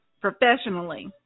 professionally